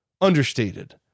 understated